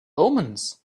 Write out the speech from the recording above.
omens